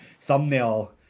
thumbnail